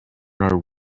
our